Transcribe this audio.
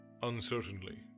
Uncertainly